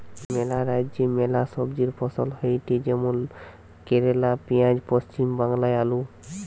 ম্যালা রাজ্যে ম্যালা সবজি ফসল হয়টে যেমন কেরালে পেঁয়াজ, পশ্চিম বাংলায় আলু